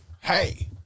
Hey